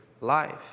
life